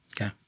Okay